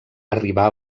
arribà